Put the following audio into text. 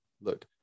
look